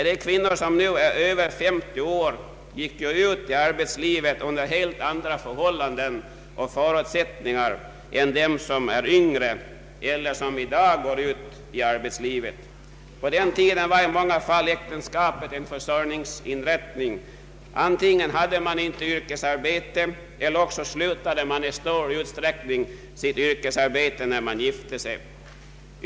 De kvinnor som nu är över 50 år gick ju ut i arbetslivet under helt andra förhållanden och förutsättningar än de som är yngre och i dag går ut i arbetslivet. På den tiden var i många fall äktenskapet en försörjningsinrättning. Antingen hade kvinnorna inte yrkesarbete eller också slutade de i stor utsträckning sitt yrkesarbete när de gifte sig.